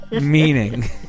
Meaning